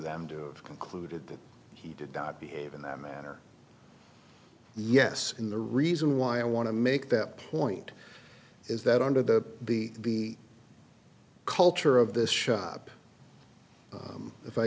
them to concluded that he did not behave in that manner yes in the reason why i want to make that point is that under the the the culture of this shop if i